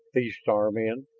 these star men,